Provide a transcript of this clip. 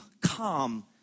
calm